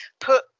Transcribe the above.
put